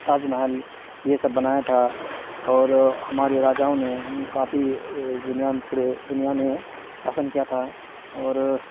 تاج محل یہ سب بنایا تھا اور ہمارے راجاؤں نے کافی دنیا میں پورے دنیا میں شاسن کیا تھا اور